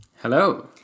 hello